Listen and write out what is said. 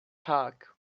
park